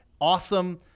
awesome